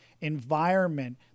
environment